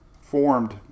formed